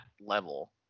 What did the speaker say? level